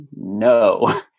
No